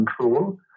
control